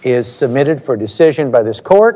is submitted for decision by this court